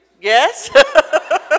Yes